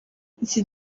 iki